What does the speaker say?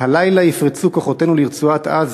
"הלילה יפרצו כוחותינו לרצועת-עזה,